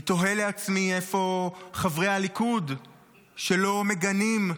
אני תוהה לעצמי איפה חברי הליכוד שלא מגנים,